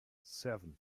seven